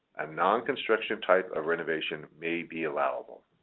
a non-construction type of renovation may be allowable.